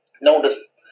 Notice